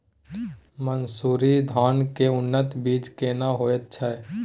मन्सूरी धान के उन्नत बीज केना होयत छै?